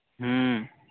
हुँ